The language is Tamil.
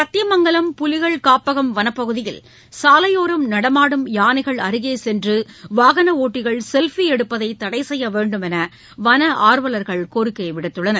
சத்தியமங்கலம் புலிகள் காப்பகம் வனப்பகுதியில் சாலையோரம் நடமாடும் யானைகள் அருகே சென்று வாகன ஒட்டிகள் செல்பி எடுப்பதை தடை செய்ய வேண்டும் என்று வன ஆர்வலர்கள் கோரிக்கை விடுத்துள்ளனர்